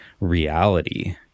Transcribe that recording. reality